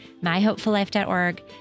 myhopefullife.org